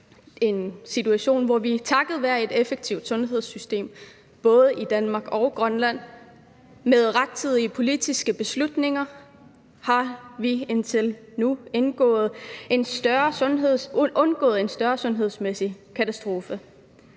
en situation, hvor vi takket være et effektivt sundhedssystem både i Danmark og Grønland med rettidige politiske beslutninger indtil nu har undgået en større sundhedsmæssig katastrofe.